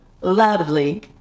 Lovely